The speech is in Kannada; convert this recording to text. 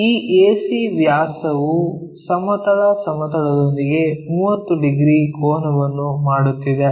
ಈ AC ವ್ಯಾಸವು ಸಮತಲ ಸಮತಲದೊಂದಿಗೆ 30 ಡಿಗ್ರಿ ಕೋನವನ್ನು ಮಾಡುತ್ತಿದೆ